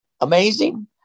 amazing